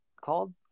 called